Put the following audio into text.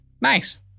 Nice